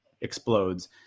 explodes